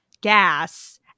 gas